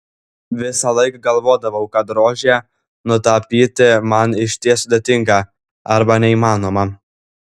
visąlaik galvodavau kad rožę nutapyti man išties sudėtinga arba neįmanoma